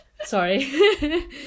Sorry